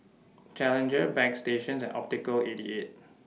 Challenger Bagstationz and Optical eighty eight